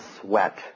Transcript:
sweat